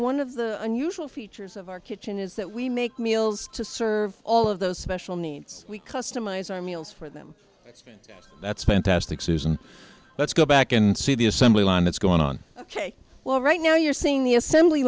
one of the unusual features of our kitchen is that we make meals to serve all of those special needs we customize our meals for them that's fantastic susan let's go back and see the assembly line that's going on ok well right now you're seeing the assembly